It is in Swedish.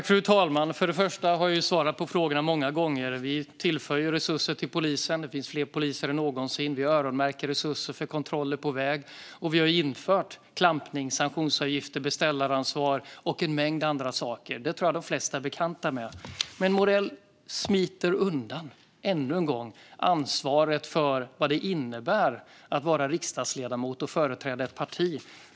Fru talman! Jag har ju svarat på frågorna många gånger. Vi tillför resurser till polisen. Det finns fler poliser än någonsin. Vi öronmärker resurser för kontroller på väg, och vi har infört klampning, sanktionsavgifter, beställaransvar och en mängd andra saker. Det tror jag att de flesta är bekanta med. Men Morell smiter ännu en gång undan ansvaret för vad det innebär att vara riksdagsledamot och företräda ett parti.